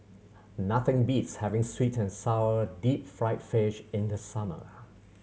nothing beats having sweet and sour deep fried fish in the summer